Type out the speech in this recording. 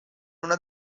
una